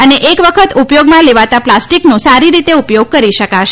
અને એક વખત ઉપયોગમાં લેવાતાં પ્લાસ્ટિકનો સારી રીતે ઉપયોગ કરી શકાશે